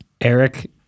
Eric